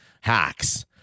hacks